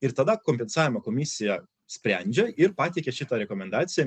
ir tada kompensavimo komisija sprendžia ir pateikia šitą rekomendaciją